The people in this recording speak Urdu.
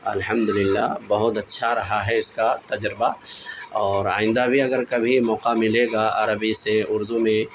الحمد للہ بہت اچھا رہا ہے اس کا تجربہ اور آئندہ بھی اگر کبھی موقع ملے گا عربی سے اردو میں